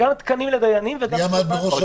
גם תקנים לדיינים וגם --- מי עמד בראש הוועדה?